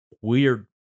weird